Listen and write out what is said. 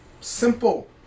simple